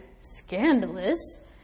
scandalous